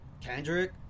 Kendrick